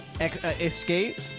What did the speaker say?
Escape